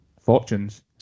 fortunes